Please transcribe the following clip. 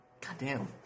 Goddamn